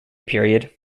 period